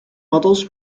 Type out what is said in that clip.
models